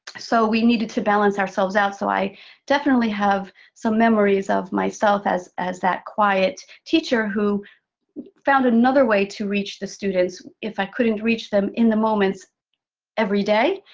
so we needed to balance ourselves out. so i definitely have some memories of myself as as that quiet teacher who found another way to reach the students, if i couldn't reach them in the moments every day.